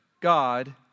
God